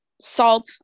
salt